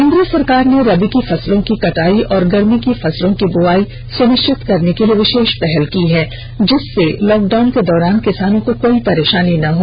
केन्द्र सरकार ने रबी की फसलों की कटाई और गर्मी की फसलों की बुवाई सुनिश्चित करने के लिए विषेष पहल की है जिससे लॉकडाउन के दौरान किसानों को कोई परेशानी न हो